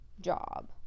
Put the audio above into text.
job